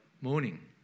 morning